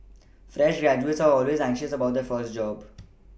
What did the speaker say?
fresh graduates are always anxious about their first job